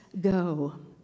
go